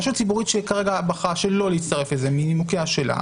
רשות ציבורית שכרגע בחרה שלא להצטרף לזה מנימוקיה שלה,